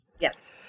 Yes